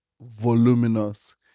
voluminous